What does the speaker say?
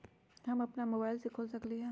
हम अपना मोबाइल से खोल सकली ह?